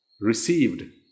received